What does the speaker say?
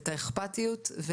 את האכפתיות,